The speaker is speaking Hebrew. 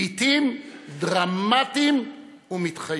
לעיתים דרמטיים ומתחייבים.